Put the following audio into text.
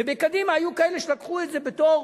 ובקדימה יש כאלה שלקחו את זה בתור